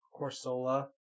Corsola